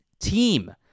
team